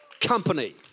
company